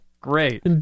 great